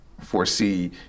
foresee